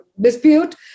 dispute